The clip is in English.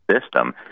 system